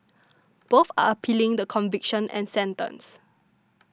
both are appealing the conviction and sentence